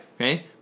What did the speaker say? Okay